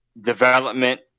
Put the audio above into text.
development